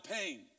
pain